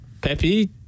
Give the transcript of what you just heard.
Pepe